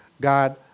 God